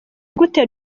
gute